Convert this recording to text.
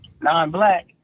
non-black